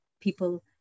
people